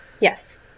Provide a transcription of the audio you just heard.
Yes